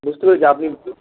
বুঝতে পেরেছি আপনি